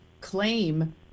claim